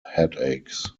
headaches